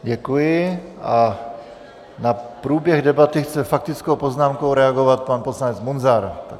Děkuji a na průběh debaty chce faktickou poznámkou reagovat pan poslanec Munzar.